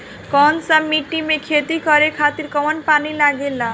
कौन सा मिट्टी में खेती करे खातिर कम पानी लागेला?